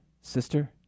sister